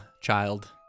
child